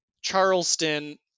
Charleston